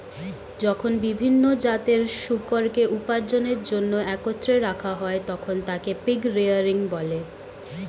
যখন বিভিন্ন জাতের শূকরকে উপার্জনের জন্য একত্রে রাখা হয়, তখন তাকে পিগ রেয়ারিং বলে